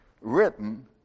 written